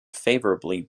favourably